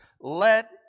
let